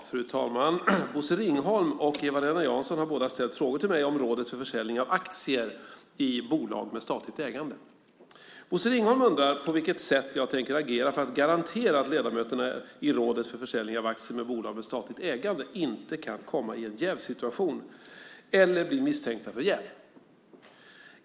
Fru talman! Bosse Ringholm och Eva-Lena Jansson har båda ställt frågor till mig om Rådet för försäljning av aktier i bolag med statligt ägande. Bosse Ringholm undrar på vilket sätt jag tänker agera för att garantera att ledamöterna i Rådet för försäljning av aktier i bolag med statligt ägande inte kan komma i en jävssituation eller bli misstänkta för jäv.